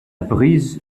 brise